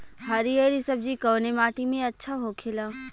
हरी हरी सब्जी कवने माटी में अच्छा होखेला?